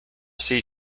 sea